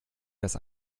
das